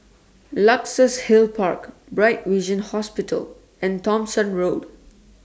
Luxus Hill Park Bright Vision Hospital and Thomson Road